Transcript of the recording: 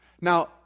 Now